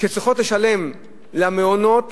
שצריכות לשלם למעונות